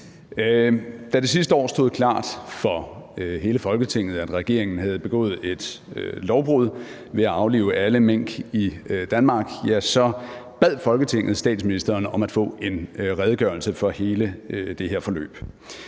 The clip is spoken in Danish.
Da det sidste år stod klart for hele Folketinget, at regeringen havde begået et lovbrud ved at aflive alle mink i Danmark, bad Folketinget statsministeren om at få en redegørelse for hele det her forløb.